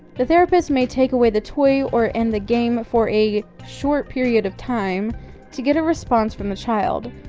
the therapist may take away the toy or end the game for a short period of time to get a response from the child.